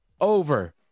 over